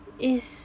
I